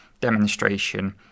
demonstration